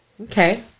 Okay